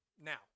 now